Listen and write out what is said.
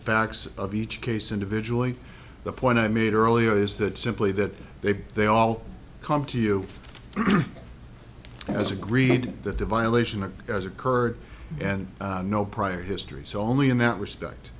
facts of each case individually the point i made earlier is that simply that they they all come to you has agreed that the violation of as occurred and no prior history so only in that respect